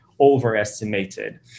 overestimated